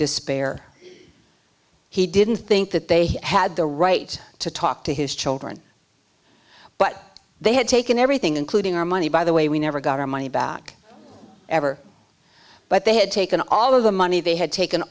despair he didn't think that they had the right to talk to his children but they had taken everything including our money by the way we never got our money back ever but they had taken all of the money they had taken